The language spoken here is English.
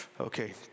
Okay